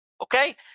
Okay